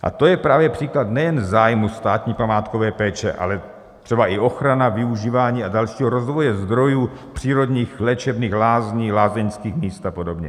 A to je právě příklad nejen zájmu státní památkové péče, ale třeba i ochrana, využívání a dalšího rozvoje zdrojů přírodních léčebných lázní, lázeňských míst a podobně.